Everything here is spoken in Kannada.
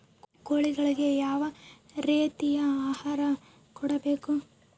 ಕೋಳಿಗಳಿಗೆ ಯಾವ ರೇತಿಯ ಆಹಾರ ಕೊಡಬೇಕು?